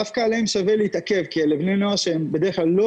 דווקא עליהם שווה להתעכב כי אלה בני נוער שהם בדרך כלל לא